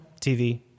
TV